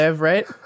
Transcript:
right